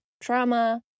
trauma